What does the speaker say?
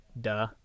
Duh